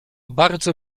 bardzo